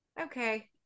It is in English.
Okay